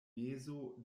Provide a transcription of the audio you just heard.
mezo